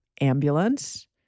ambulance